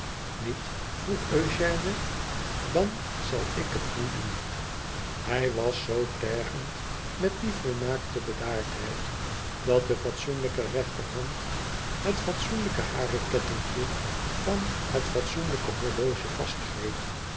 iniet vroeg eugène dan zal ik het niet doen hij was zoo tergend met die volmaakte bedaardheid dat de fatsoenlijke rechterhand het fatsoenlijke haren kettinkje van het fatsoenlijke horloge